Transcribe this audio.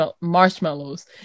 marshmallows